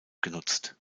genutzt